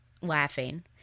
laughing